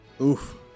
oof